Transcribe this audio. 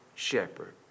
Shepherd